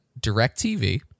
DirecTV